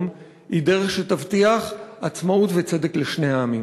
היא דרך שתבטיח עצמאות וצדק לשני העמים.